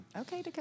Okay